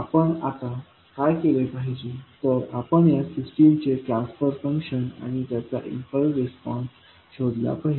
आपण आता काय केले पाहिजे तर आपण या सिस्टीमचे ट्रान्सफर फंक्शन आणि त्याचा इम्पल्स रिस्पॉन्स शोधला पाहिजे